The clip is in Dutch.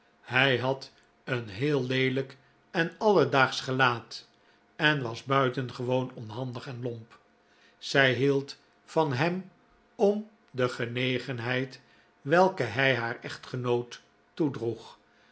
hij had een heel leelijk en alledaagsch gelaat en was buitengewoon onhandig en lomp zij hield van hem om de genegenheid welke hij haar echtgenoot